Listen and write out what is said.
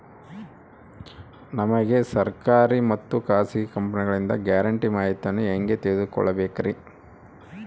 ನಮಗೆ ಸರ್ಕಾರಿ ಮತ್ತು ಖಾಸಗಿ ಕಂಪನಿಗಳಿಂದ ಗ್ಯಾರಂಟಿ ಮಾಹಿತಿಯನ್ನು ಹೆಂಗೆ ತಿಳಿದುಕೊಳ್ಳಬೇಕ್ರಿ?